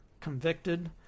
convicted